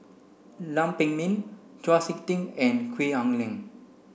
Lam Pin Min Chau Sik Ting and Gwee Ah Leng